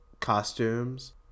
costumes